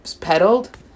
pedaled